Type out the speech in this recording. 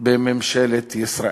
בממשלת ישראל.